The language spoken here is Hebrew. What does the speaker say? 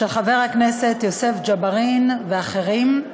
של חבר הכנסת יוסף ג'בארין ואחרים,